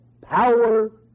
power